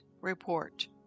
report